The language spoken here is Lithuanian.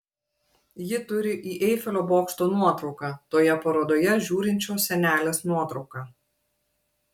ji turi į eifelio bokšto nuotrauką toje parodoje žiūrinčios senelės nuotrauką